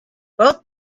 both